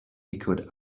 echoed